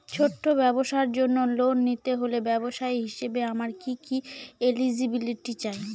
ছোট ব্যবসার জন্য লোন নিতে হলে ব্যবসায়ী হিসেবে আমার কি কি এলিজিবিলিটি চাই?